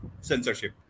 censorship